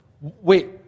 Wait